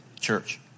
church